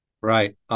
Right